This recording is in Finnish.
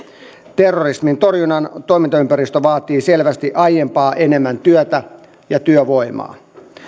terrorismin torjunnan toimintaympäristö vaatii selvästi aiempaa enemmän työtä ja työvoimaa